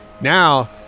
now